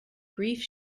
grief